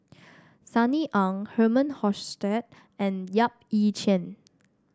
Sunny Ang Herman Hochstadt and Yap Ee Chian